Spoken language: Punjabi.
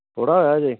ਥੋੜ੍ਹਾ ਹੋਇਆ ਜੇ